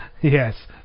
Yes